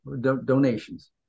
donations